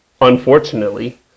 Unfortunately